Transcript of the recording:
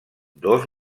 dos